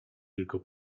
tylko